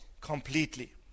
completely